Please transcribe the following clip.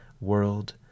world